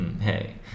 Hey